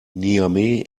niamey